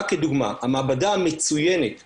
רק כדוגמה, המעבדה המצוינת בשיבא,